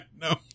no